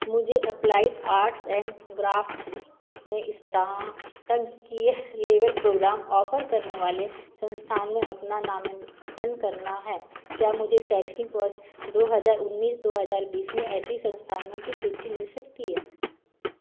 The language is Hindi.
मुझे अप्लाइड आर्ट्स एंड क्राफ़्ट्स में स्नातकीय लेवल प्रोग्राम ऑफ़र करने वाले संस्थान में अपना नामांकन करना है क्या मुझे शैक्षणिक वर्ष दो हज़ार उन्नीस दो हज़ार बीस में ऐसे संस्थानों की सूचि मिल सकती है